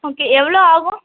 okay எவ்வளோ ஆகும்